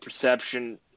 perception